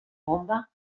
bomba